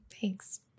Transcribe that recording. Thanks